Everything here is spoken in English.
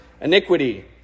iniquity